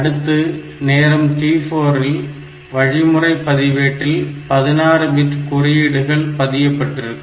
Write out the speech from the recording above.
அடுத்து நேரம் t4 இல் வழிமுறை பதிவேட்டில் 16 பிட் குறியீடுகள் பதியப்பட்டிருக்கும்